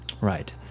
Right